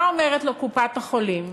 מה אומרת לו קופת-החולים?